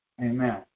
Amen